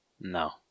No